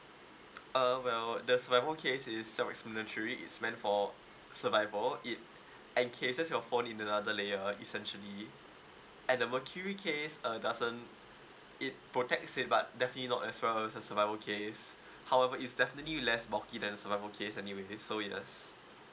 uh well the survival case is self-explanatory it's meant for survival it encases your phone in another layer essentially and the mercury case uh doesn't it protects it but definitely not as well as the survivor case however it's definitely less bulky than the survivor case anyway so yes